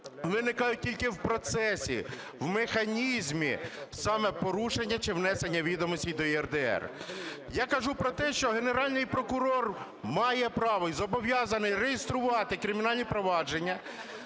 виникають тільки в процесі, в механізмі саме порушення чи внесенні відомостей до ЄРДР. Я кажу про те, що Генеральний прокурор має право і зобов'язаний реєструвати кримінальні провадження,